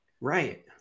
Right